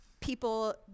People